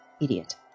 Idiot